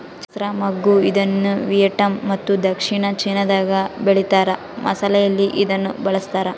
ಚಕ್ತ್ರ ಮಗ್ಗು ಇದನ್ನುವಿಯೆಟ್ನಾಮ್ ಮತ್ತು ದಕ್ಷಿಣ ಚೀನಾದಾಗ ಬೆಳೀತಾರ ಮಸಾಲೆಯಲ್ಲಿ ಇದನ್ನು ಬಳಸ್ತಾರ